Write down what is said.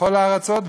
בכל הארצות,